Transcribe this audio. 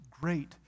great